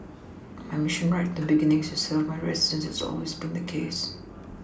my Mission right from the beginning is to serve my residents that has always been the case